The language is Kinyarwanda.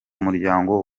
muryango